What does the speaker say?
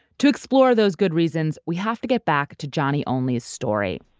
to explore those good reasons, we have to get back to johnny only's story.